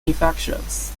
infections